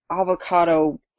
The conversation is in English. avocado